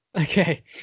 Okay